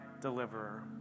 deliverer